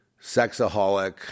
sexaholic